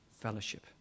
fellowship